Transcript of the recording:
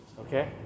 okay